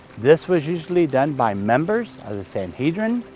this was usually done by members of the sanhedrin,